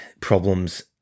problems